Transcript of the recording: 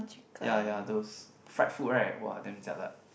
ya ya those fried food right !wah! damn jialat